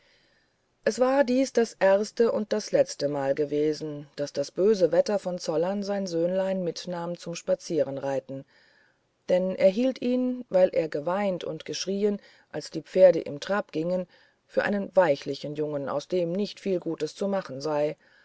es war dies das erste und das letzte mal gewesen daß das böse wetter von zollern sein söhnlein mitnahm zum spazierenreiten denn er hielt ihn weil er geweint und geschrieen als die pferde im trab gingen für einen weichlichen jungen aus dem nicht viel gutes zu machen sei